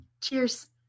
Cheers